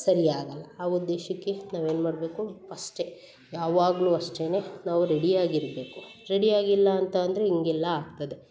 ಸರಿಯಾಗಲ್ಲ ಆ ಉದ್ದೇಶಕ್ಕೆ ನಾವು ಏನು ಮಾಡಬೇಕು ಅಷ್ಟೆ ಯಾವಾಗಲೂ ಅಷ್ಟೆ ನಾವು ರೆಡಿ ಆಗಿರಬೇಕು ರೆಡಿಯಾಗಿಲ್ಲ ಅಂತ ಅಂದರೆ ಹಿಂಗೆಲ್ಲ ಆಗ್ತದೆ